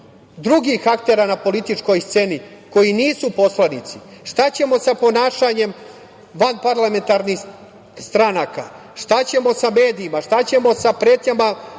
drugih aktera na političkoj sceni koji nisu poslanici. Šta ćemo sa ponašanjem vanparlamentarnih stranaka? Šta ćemo sa medijima? Šta ćemo sa pretnjama